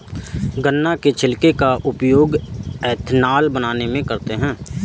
गन्ना के छिलके का उपयोग एथेनॉल बनाने में करते हैं